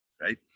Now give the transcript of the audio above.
right